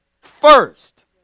first